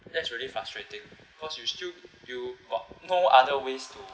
that's really frustrating because you still you got no other ways to